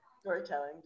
storytelling